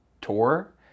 tour